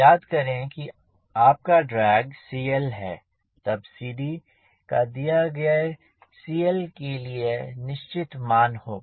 याद करें कि आपका ड्रैग CLहै तब CD का दिए गए CLके लिए एक निश्चित मान होगा